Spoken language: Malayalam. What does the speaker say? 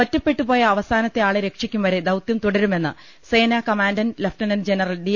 ഒറ്റപ്പെട്ടു പോയ അവസാനത്തെ ആളെ രക്ഷിക്കും വരെ ദൌത്യം തുടരു മെന്ന് സേനാ കമാന്റന്റ് ലെഫ്റ്റനന്റ് ജനറൽ ഡി